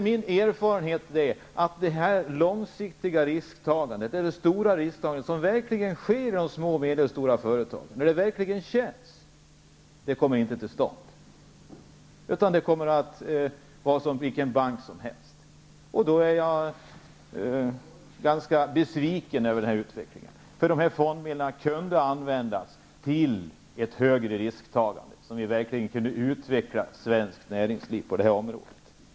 Min erfarenhet är att under sådana förhållanden kommer det långsiktiga risktagandet, som verkligen sker i de små och medelstora företagen där det verkligen känns, inte till stånd. Det blir som hos vilken bank som helst. Jag är ganska besviken över denna utveckling. Dessa fondmedel kunde ha använts till ett större risktagande, med vilket vi verkligen hade kunnat utveckla svenskt näringsliv.